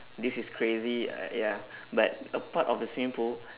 this is crazy uh ya but a part of the swimming pool